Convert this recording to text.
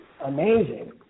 amazing